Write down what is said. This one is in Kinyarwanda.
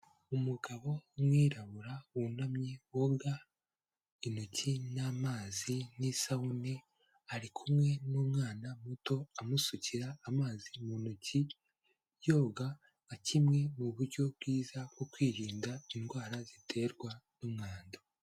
Umugabo w'umwirabura wunamye woga intoki n'amazi n'isabune, ari kumwe n'umwana muto amusukira amazi mu ntoki, yoga nka kimwe mu buryo bwiza bwo kwirinda indwara ziterwa n'umwanda.